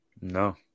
No